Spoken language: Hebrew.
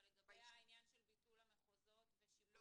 אבל לגבי העניין של ביטול המחוזות ושיבוץ ---?